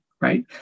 Right